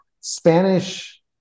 Spanish